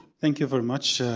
thank you very much,